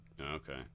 okay